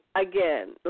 again